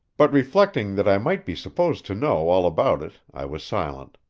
but reflecting that i might be supposed to know all about it i was silent.